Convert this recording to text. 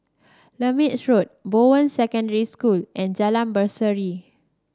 Lermit Road Bowen Secondary School and Jalan Berseri